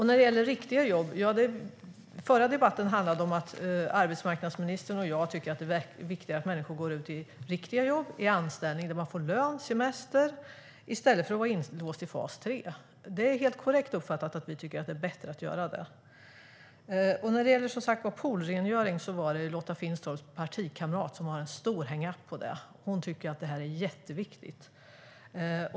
När det gäller riktiga jobb handlade den förra debatten om att arbetsmarknadsministern och jag tycker att det är viktigare att människor går ut i riktiga jobb - anställningar där man får lön och semester - i stället för att vara inlåsta i fas 3. Det är helt korrekt uppfattat att vi tycker att det är bättre att göra det. När det gäller poolrengöring är det Lotta Finstorps partikamrat som har en stor hangup på det och tycker att det är jätteviktigt.